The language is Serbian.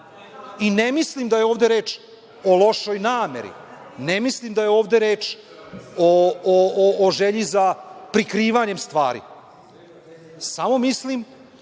mislim da je ovde reč o lošoj nameri, ne mislim da je ovde reč o želji za prikrivanjem stvari, samo mislim